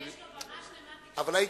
היית מנכ"לית.